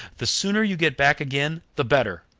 the sooner you get back again the better!